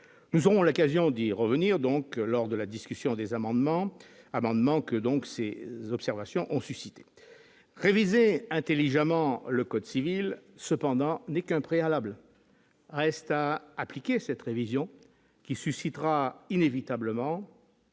nous on la quasi Andy revenir donc lors de la discussion des amendements, amendements que donc c'est l'observation ont suscité réviser intelligemment le code civil, cependant, n'est qu'un préalable reste à appliquer cette révision qui suscitera inévitablement.